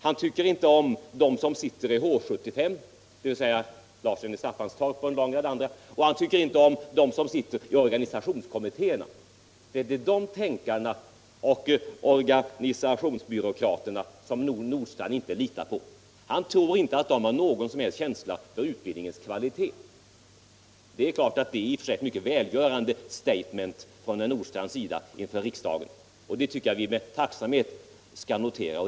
Han tycker inte om dem som sitter i H 75, dvs. herr Larsson i Staffanstorp och andra, och han tycker inte om dem som sitter i organisationskommittéerna. Det är de tänkarna och organisationsbyråkraterna som herr Nordstrandh inte litar på. Han tror inte att de har någon som helst känsla för utbildningens kvalitet. Detta är naturligtvis i och för sig ett mycket välgörande statement från herr Nordstrandhs sida inför riksdagen. Det tycker jag att vi med tacksamhet skall notera.